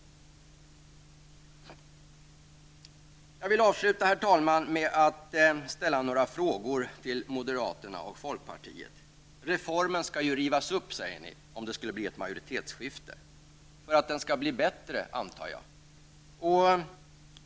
Jag vill avsluta, herr talman, med att ställa några frågor till moderaterna och folkpartiet. Reformen skall ju rivas upp, säger de, om det skulle bli ett majoritetsskifte. För att det skall bli bättre, antar jag?